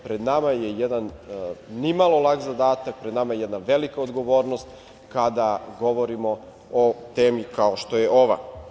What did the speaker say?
Pred nama je jedan nimalo lak zadatak, pred nama je jedna velika odgovornost kada govorimo o temi kao što je ova.